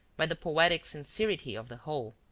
by the poetic sincerity of the whole.